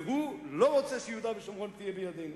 והוא לא רוצה שיהודה ושומרון תהיה בידינו.